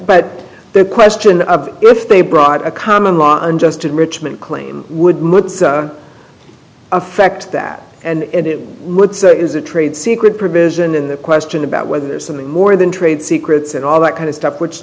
but the question of if they brought a common law unjust enrichment claim would affect that and it is a trade secret provision in that question about whether there's something more than trade secrets and all that kind of stuff which